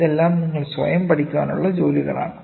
ഇതെല്ലാം നിങ്ങൾ സ്വയം പഠിക്കാനുള്ള ജോലികളാണ്